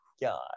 god